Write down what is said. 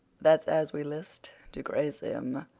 that's as we list to grace him.